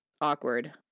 awkward